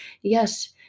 Yes